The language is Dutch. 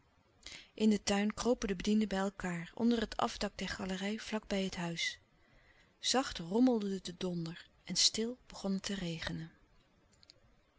in den tuin kropen de bedienden bij elkaâr onder het afdak der galerij vlak bij het huis zacht rommelde de donder en stil begon het te regenen